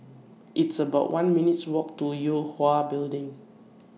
It's about one minutes' Walk to Yue Hwa Building